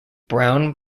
browne